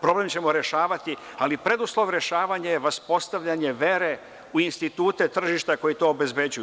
Problem ćemo rešavati, ali preduslov rešavanja je vaspostavljanje vere u institute tržišta koji to obezbeđuju.